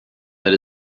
that